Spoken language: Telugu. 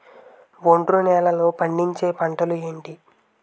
ఒండ్రు నేలలో పండించే పంటలు ఏంటి?